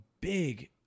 big